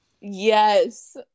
Yes